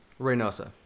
Reynosa